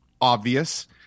obvious